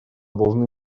должны